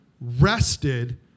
rested